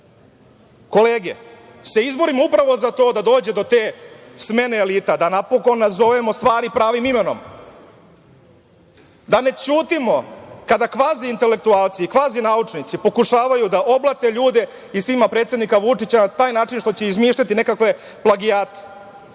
kolege se izborimo upravo za to da dođe do te smene elita, da napokon nazovemo stvari pravim imenom, da ne ćutimo kada kvazi intelektualci i kvazi naučnici pokušavaju da oblate ljude i s njima predsednika Vučića na taj način što će izmišljati nekakve plagijate.